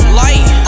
light